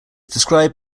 described